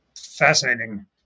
Fascinating